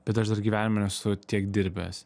bet aš dar gyvenime nesu tiek dirbęs